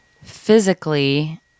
physically